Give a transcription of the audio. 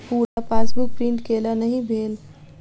पूरा passbook print केल नहि भेल